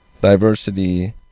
diversity